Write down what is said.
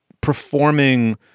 performing